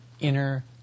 inner